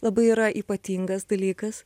labai yra ypatingas dalykas